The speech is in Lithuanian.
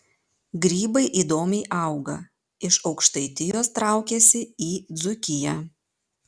grybai įdomiai auga iš aukštaitijos traukiasi į dzūkiją